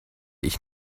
ich